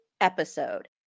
episode